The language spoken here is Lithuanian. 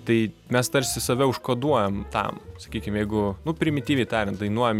tai mes tarsi save užkoduojam tam sakykim jeigu nu primityviai tariant dainuojam